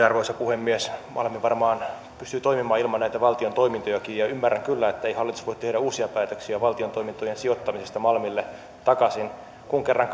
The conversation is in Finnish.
arvoisa puhemies malmi varmaan pystyy toimimaan ilman näitä valtion toimintojakin ja ja ymmärrän kyllä ettei hallitus voi tehdä uusia päätöksiä valtion toimintojen sijoittamisesta malmille takaisin kun kerran